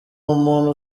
umuntu